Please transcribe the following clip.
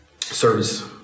Service